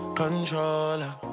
controller